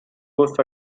wolf